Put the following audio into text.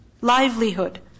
Livelihood